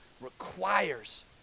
requires